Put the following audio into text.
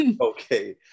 Okay